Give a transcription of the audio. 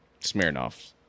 Smirnoff